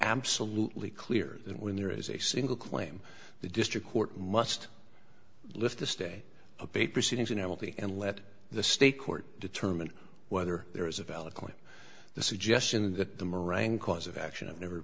absolutely clear that when there is a single claim the district court must lift the stay abate proceedings unhealthy and let the state court determine whether there is a valid point the suggestion that the marang cause of action and never